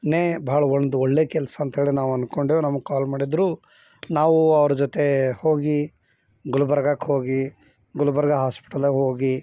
ನೇ ಭಾಳ ಒಂದು ಒಳ್ಳೆ ಕೆಲಸ ಅಂತಹೇಳಿ ನಾವು ಅಂದ್ಕೊಂಡೆವು ನಮ್ಗೆ ಕಾಲ್ ಮಾಡಿದ್ರು ನಾವು ಅವ್ರ ಜೊತೆ ಹೋಗಿ ಗುಲ್ಬರ್ಗಕ್ಕೆ ಹೋಗಿ ಗುಲ್ಬರ್ಗ ಹಾಸ್ಪಿಟಲಿಗೆ ಹೋಗಿ